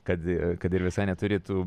kad kad ir visai neturi tų